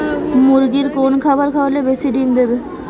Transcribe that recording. মুরগির কোন খাবার খাওয়ালে বেশি ডিম দেবে?